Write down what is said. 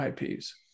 IPs